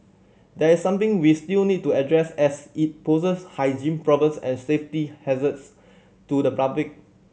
there something we still need to address as it poses hygiene problems and safety hazards to the public